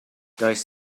does